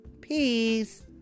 Peace